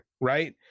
Right